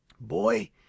Boy